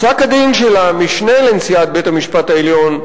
פסק-הדין של המשנה לנשיאת בית-המשפט העליון,